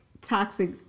toxic